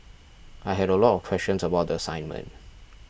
I had a lot of questions about the assignment